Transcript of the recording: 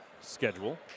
schedule